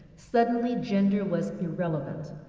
suddenly, gender was irrelevant,